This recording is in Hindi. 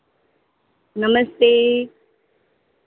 नमस्ते